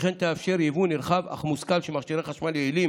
וכן תאפשר יבוא נרחב אך מושכל של מכשירי חשמל יעילים